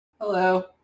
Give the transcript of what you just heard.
Hello